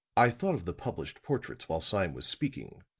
i thought of the published portraits while sime was speaking,